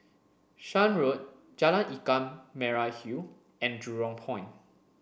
Shan Road Jalan Ikan Merah Hill and Jurong Point